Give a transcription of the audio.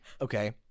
okay